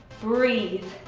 breathe.